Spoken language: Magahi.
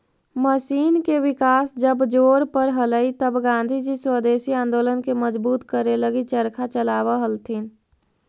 मशीन के विकास जब जोर पर हलई तब गाँधीजी स्वदेशी आंदोलन के मजबूत करे लगी चरखा चलावऽ हलथिन